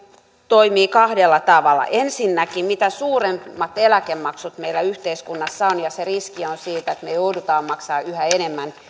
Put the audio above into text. toimii kahdella tavalla ensinnäkin mitä suuremmat eläkemaksut meillä yhteiskunnassa on ja riski on siitä että me joudumme maksamaan yhä enemmän